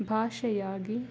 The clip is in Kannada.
ಭಾಷೆಯಾಗಿ